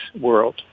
world